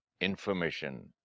information